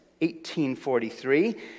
1843